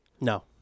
No